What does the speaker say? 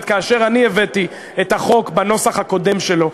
כאשר אני הבאתי את החוק בנוסח הקודם שלו.